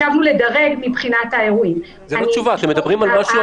אתם מדברים על משהו עתידי.